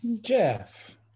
Jeff